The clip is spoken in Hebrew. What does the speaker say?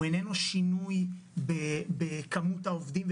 הוא איננו שינוי בכמות העובדים,